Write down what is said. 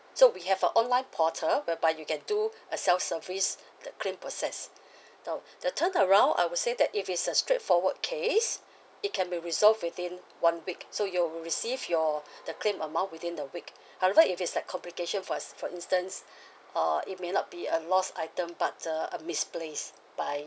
so we have a online portal whereby you can do a self-service the claim process now the turnaround I would say that if it's a straightforward case it can be resolved within one week so you'll receive your the claim amount within the week however if it's like complication for ins~ for instance uh it may not be a lost item but uh a misplaced by